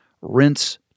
rinse